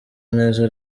neza